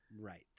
Right